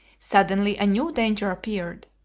suddenly a new danger appeared!